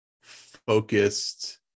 focused